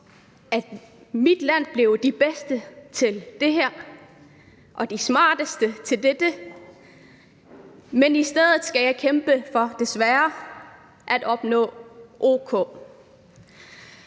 at mit land blev det bedste til det her og det smarteste til det der, men i stedet skal jeg desværre kæmpe for